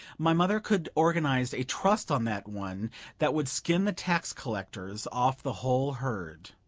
my mother could organize a trust on that one that would skin the tax-collars off the whole herd.